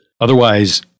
Otherwise